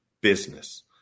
business